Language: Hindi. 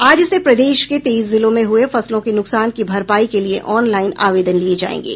आज से प्रदेश के तेईस जिलों में हुये नुकसान की भरपाई के लिये ऑनलाइन आवेदन लिये जायेंगे